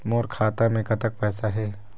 मोर खाता मे कतक पैसा हे?